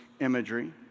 imagery